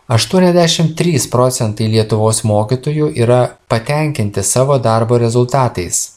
aštuoniasdešim trys procentai lietuvos mokytojų yra patenkinti savo darbo rezultatais